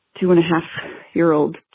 two-and-a-half-year-old